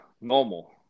normal